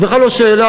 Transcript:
זה בכלל לא שאלה.